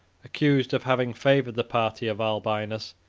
accused of having favored the party of albinus,